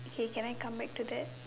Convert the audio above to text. okay can I come back to that